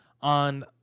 on